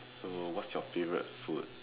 so what's your favourite food